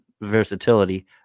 versatility